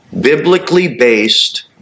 biblically-based